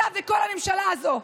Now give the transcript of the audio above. אתה וכל הממשלה הזאת.